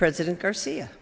president garcia